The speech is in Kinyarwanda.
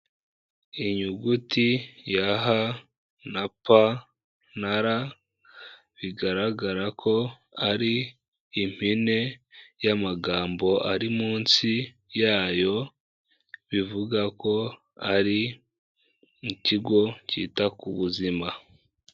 Inyuguti ya H na P na R, bigaragara ko ari impine y'amagambo ari munsi yayo, bivuga ko ari ikigo cyita ku buzima.